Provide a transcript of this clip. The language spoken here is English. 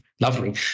Lovely